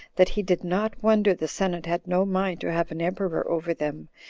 that he did not wonder the senate had no mind to have an emperor over them,